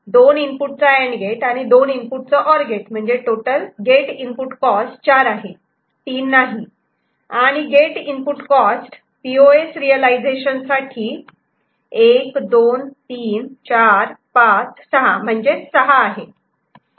दोन इनपुटचा and gate आणि दोन इनपुटचा ऑर गेट म्हणजे टोटल गेट इनपुट कॉस्ट चार आहे 3 नाही आणि gate input cost POS realisation साठी 123456 म्हणजे 6 आहे